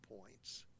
points